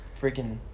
freaking